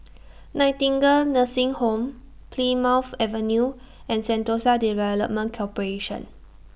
Nightingale Nursing Home Plymouth Avenue and Sentosa Development Corporation